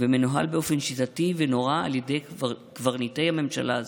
ומנוהל באופן שיטתי ונורא על ידי קברניטי הממשלה הזו.